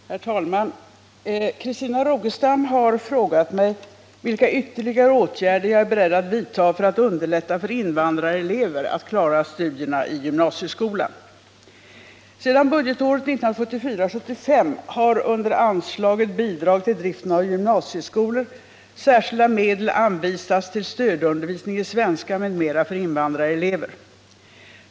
Herr talman! Christina Rogestam har frågat mig vilka ytterligare åtgärder jag är beredd att vidta för att underlätta för invandrarelever att klara studierna i gymnasieskolan. Sedan budgetåret 1974/75 har under anslaget Bidrag till driften av gymnasieskolor särskilda medel anvisats till stödundervisning i svenska m.m. för invandrarelever.